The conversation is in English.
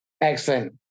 Excellent